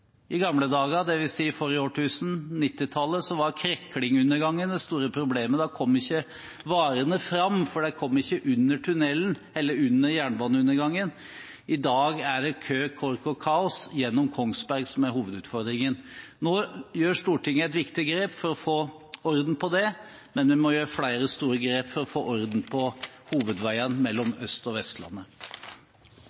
I gamle dager, dvs. forrige årtusen, 1990-tallet, var Krekling-undergangen det store problemet. Da kom ikke varene fram, for de kom ikke under jernbaneundergangen. I dag er det kø, kork og kaos gjennom Kongsberg som er hovedutfordringen. Nå tar Stortinget et viktig grep for å få orden på det, men vi må ta flere store grep for å få orden på hovedveiene mellom Østlandet og Vestlandet.